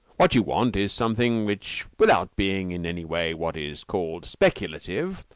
what you want is something which, without being in any way what is called speculative,